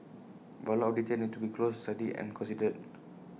but A lot of details need to be closely studied and considered